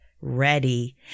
ready